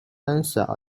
三峡